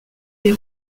des